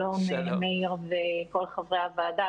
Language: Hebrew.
שלום מאיר וכל חברי הוועדה,